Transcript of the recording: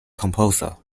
composer